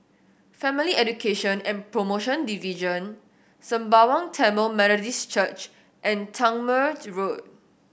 Family Education and Promotion Division Sembawang Tamil Methodist Church and Tangmere Road